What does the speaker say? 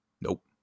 Nope